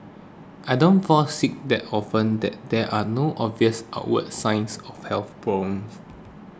I don't fall sick that often that there are no obvious outward signs of health problems